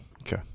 Okay